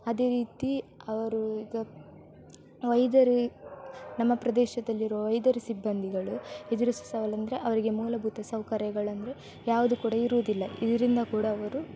ಅದೇ ರೀತಿ ಅವರು ಈಗ ವೈದ್ಯರು ನಮ್ಮ ಪ್ರದೇಶದಲ್ಲಿರುವ ವೈದ್ಯರು ಸಿಬ್ಬಂದಿಗಳು ಎದುರಿಸುವ ಸವಾಲೆಂದ್ರೆ ಅವರಿಗೆ ಮೂಲಭೂತ ಸೌಕರ್ಯಗಳೆಂದ್ರೆ ಯಾವುದು ಕೂಡ ಇರುವುದಿಲ್ಲ ಇದರಿಂದ ಕೂಡ ಅವರು